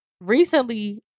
recently